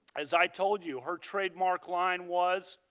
as i told you, her trademark line was,